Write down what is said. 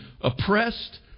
oppressed